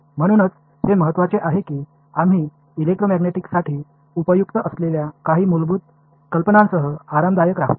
म्हणूनच हे महत्वाचे आहे की आम्ही इलेक्ट्रोमॅग्नेटिक्ससाठी उपयुक्त असलेल्या काही मूलभूत कल्पनांसह आरामदायक राहू